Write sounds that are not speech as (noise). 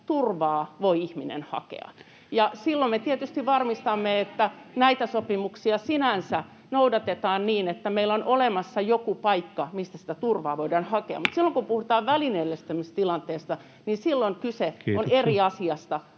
turvaa voi ihminen hakea. Ja silloin me tietysti varmistamme, että näitä sopimuksia sinänsä noudatetaan niin, että meillä on olemassa joku paikka, mistä sitä turvaa voidaan hakea. (noise) Mutta silloin, kun puhutaan välineellistämistilanteesta, on kyse eri asiasta